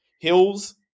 Hills